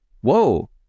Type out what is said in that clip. whoa